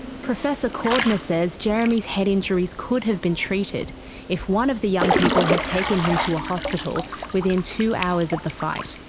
professor cordner says jeremy's head injuries could have been treated if one of the young people had taken him to a hospital within two hours of the fight.